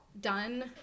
done